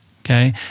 okay